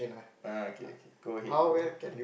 uh okay okay go ahead go ahead